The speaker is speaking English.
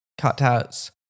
cutouts